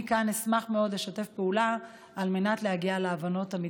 אני אשמח מאוד לשתף פעולה על מנת להגיע להבנות המתבקשות.